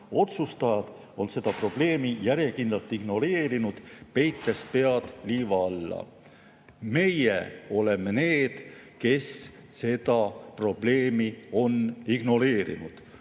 otsustajad on seda probleemi järjekindlalt ignoreerinud, peites pead liiva alla." Meie oleme need, kes seda probleemi on ignoreerinud.